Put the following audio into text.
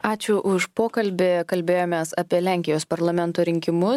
ačiū už pokalbį kalbėjomės apie lenkijos parlamento rinkimus